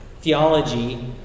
theology